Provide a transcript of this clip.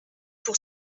pour